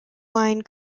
line